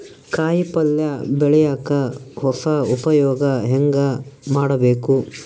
ಕಾಯಿ ಪಲ್ಯ ಬೆಳಿಯಕ ಹೊಸ ಉಪಯೊಗ ಹೆಂಗ ಮಾಡಬೇಕು?